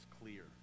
clear